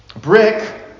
brick